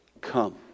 come